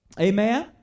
amen